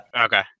Okay